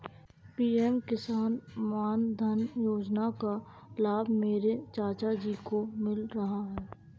PM Kisan Maandhan Yojana का लाभ मेरे चाचा जी को मिल रहा है